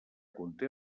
conté